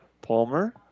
Palmer